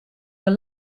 were